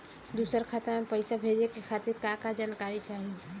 दूसर खाता में पईसा भेजे के खातिर का का जानकारी चाहि?